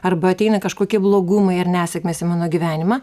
arba ateina kažkokie blogumai ar nesėkmės į mano gyvenimą